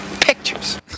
pictures